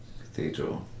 cathedral